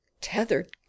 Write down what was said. Tethered